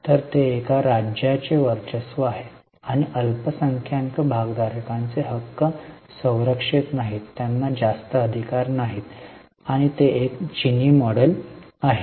तर हे एका राज्याचे वर्चस्व आहे आणि अल्पसंख्याक भागधारकांचे हक्क संरक्षित नाहीत त्यांना जास्त अधिकार नाहीत आणि ते एक चीनी मॉडेल आहे